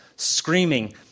screaming